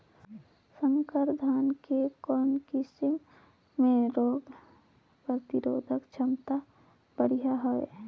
संकर धान के कौन किसम मे रोग प्रतिरोधक क्षमता बढ़िया हवे?